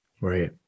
Right